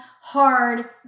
hard